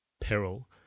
peril